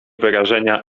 wyrażenia